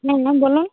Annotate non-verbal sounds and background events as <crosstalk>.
<unintelligible> বলুন